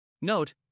Note